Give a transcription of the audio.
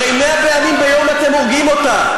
הרי מאה פעמים ביום אתם הורגים אותה,